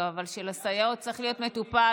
באמת צריך להיות מטופל.